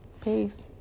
Peace